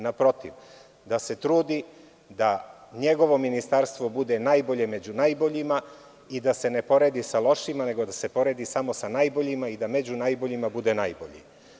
Naprotiv, treba da se trudi da njegovo ministarstvo bude najbolje među najboljima i da se ne poredi sa lošima, nego samo sa najboljima i da među najboljima bude najbolji.